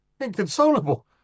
inconsolable